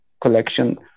collection